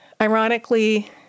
ironically